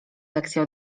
lekcje